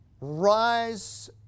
rise